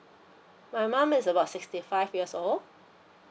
my mum is about sixty five years old